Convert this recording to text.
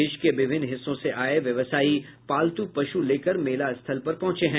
देश के विभिन्न हिस्सों से आये व्यवसायी पालतू पशु लेकर मेला स्थल पर पहुंचे हैं